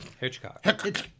Hitchcock